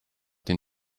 den